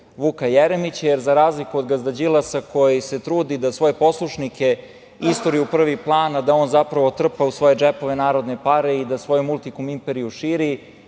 Vuka Jeremića. Za razliku od gazda Đilasa koji se trudi da svoje poslušnike isturi u prvi plan, a da zapravo on trpa u svoje džepove narodne pare i da svoju multikom imperiju širi